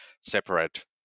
separate